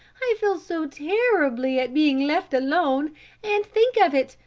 i feel so terribly at being left alone and, think of it,